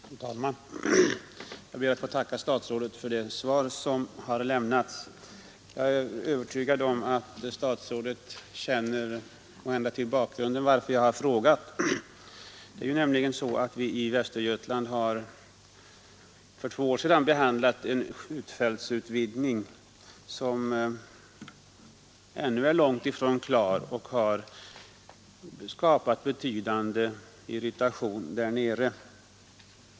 Fru talman! Jag ber att få tacka statsrådet för det svar som har lämnats. Jag är övertygad om att statsrådet känner till bakgrunden till frågan. För två år sedan beslöts en skjutfältsutvidgning i Västergötland som ännu är långt ifrån klar och som har skapat betydande irritation där nere.